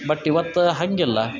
but ಇವತ್ತು ಹಾಗಿಲ್ಲ